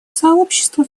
сообщество